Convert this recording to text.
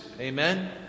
Amen